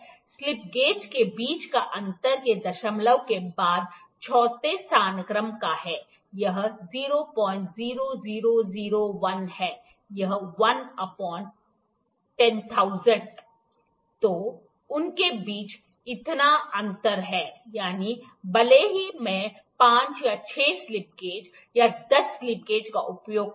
slip gauge के बीच का अंतर के दशमलव के बाद चौथे स्थानक्रम का है यह 00001 है यह तो उनके बीच इतना अंतर है यानी भले ही मैं ५ या ६ स्लिप गेज या १० स्लिप गेज का उपयोग करूं